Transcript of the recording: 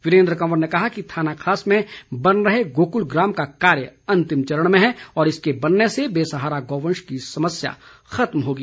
वीरेन्द्र कंवर ने कहा कि थानाखास में बन रहे गोकुल ग्राम का कार्य अंतिम चरण में है और इसके बनने से बेसहारा गौवंश की समस्या खत्म होगी